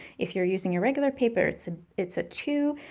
if you're using your regular paper, it's and it's a two.